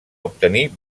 obtenir